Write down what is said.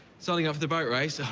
it's only off the boat race. ah